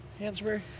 Hansberry